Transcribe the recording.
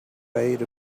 made